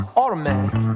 automatic